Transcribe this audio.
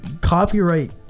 copyright